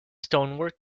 stonework